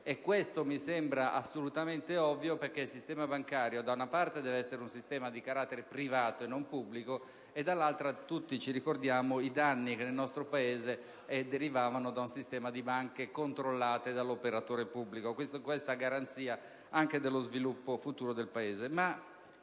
Questo mi sembra assolutamente ovvio: da una parte, perché il sistema bancario deve essere un sistema di carattere privato e non pubblico; dall'altra, perché tutti ci ricordiamo i danni che nel nostro Paese derivavano da un sistema di banche controllate dall'operatore pubblico. Questo, a garanzia anche dello sviluppo futuro del Paese.